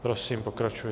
Prosím, pokračujte.